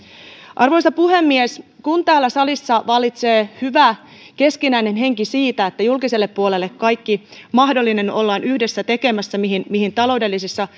arvoisa puhemies kun täällä salissa vallitsee hyvä keskinäinen henki siitä että julkiselle puolelle kaikki mahdollinen ollaan yhdessä tekemässä mihin mihin taloudellisissa